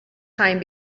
time